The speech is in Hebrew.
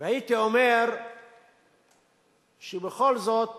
הייתי אומר שבכל זאת